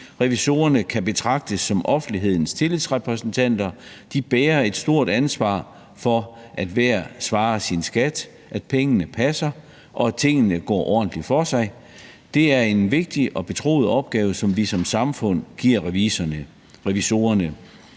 Revisorerne kan betragtes som offentlighedens tillidsrepræsentanter, de bærer et stort ansvar for, at hver svarer sin skat, at pengene passer, og at tingene går ordentligt for sig. Det er en vigtig og betroet opgave, som vi som samfund giver revisorerne.